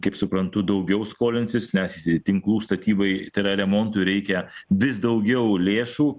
kaip suprantu daugiau skolinsis nes tinklų statybai remontui reikia vis daugiau lėšų